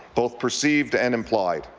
both perceived and implied.